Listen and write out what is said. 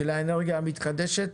של האנרגיה המתחדשת,